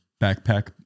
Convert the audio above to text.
backpack